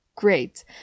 great